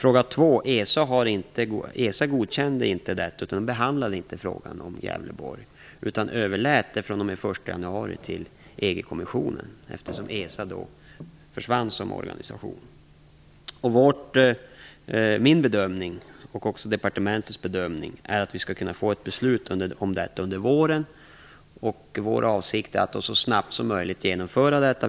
Så till fråga nr 2: ESA godkände inte. Frågan om Gävleborg behandlades inte, utan den överläts den 1 januari på EG-kommissionen. ESA försvann ju som organisation. Min och departementets bedömning är att vi skall kunna få ett beslut om detta under våren. Vår avsikt är att så snabbt som möjligt genomföra detta.